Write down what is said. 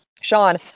Sean